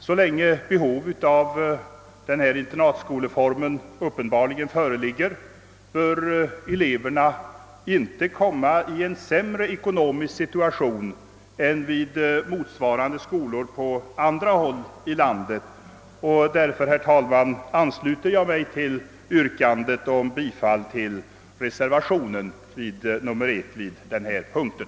Så länge behov av denna internatskoleform uppenbarligen föreligger bör eleverna vid Restenässkolan inte komma i en sämre ekonomisk situation än vad som är fallet vid motsvarande skolor på andra håll i landet. Därför, herr talman, ansluter jag mig till yrkandet om bifall till reservationerna 1 och 3 a vid punkten 13.